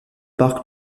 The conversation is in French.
parc